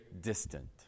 distant